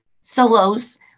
solos